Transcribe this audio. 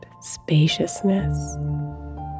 spaciousness